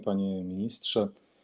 Panie Ministrze!